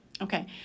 Okay